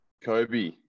Kobe